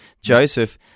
Joseph